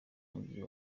mujyi